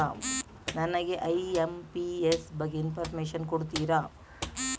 ನನಗೆ ಐ.ಎಂ.ಪಿ.ಎಸ್ ಬಗ್ಗೆ ಇನ್ಫೋರ್ಮೇಷನ್ ಕೊಡುತ್ತೀರಾ?